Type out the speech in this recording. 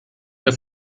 der